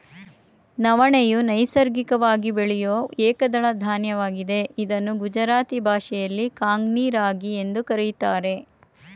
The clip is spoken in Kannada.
ನವಣೆಯು ನೈಸರ್ಗಿಕವಾಗಿ ಬೆಳೆಯೂ ಏಕದಳ ಧಾನ್ಯವಾಗಿದೆ ಇದನ್ನು ಗುಜರಾತಿ ಭಾಷೆಯಲ್ಲಿ ಕಾಂಗ್ನಿ ರಾಗಿ ಎಂದು ಕರಿತಾರೆ